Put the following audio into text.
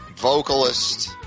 vocalist